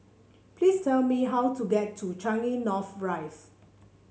please tell me how to get to Changi North Rise